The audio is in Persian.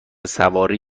سواری